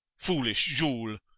foolish jules!